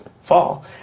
fall